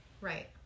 Right